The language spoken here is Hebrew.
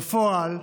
בפועל,